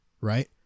right